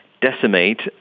decimate